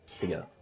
together